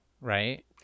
right